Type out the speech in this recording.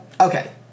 Okay